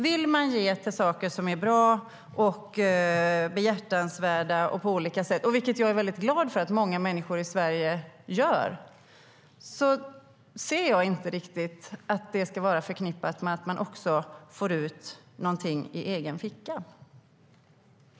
Vill man ge till saker som är bra och behjärtansvärda på olika sätt, vilket jag är väldigt glad för att många människor i Sverige gör, anser jag inte riktigt att det ska vara förknippat med att man också får någonting i egen ficka.